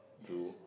to